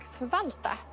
förvalta